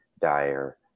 dire